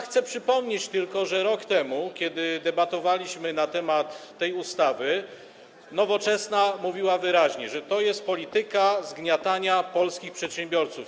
Chcę przypomnieć, że rok temu, kiedy debatowaliśmy nad projektem tej ustawy, Nowoczesna mówiła wyraźnie, że to jest polityka zgniatania polskich przedsiębiorców.